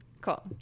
cool